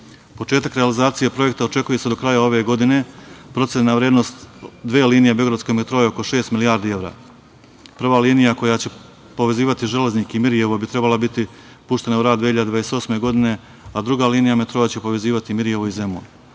realizacije projekta očekuje se do kraja ove godine. Procenjena vrednost dve linije Beogradskog metroa je oko šest milijardi evra. Prva linija koja će povezivati Železnik i Mirijevo bi trebala biti puštena u rad 2028. godine, a druga linija metroa će povezivati Mirijevo i Zemun.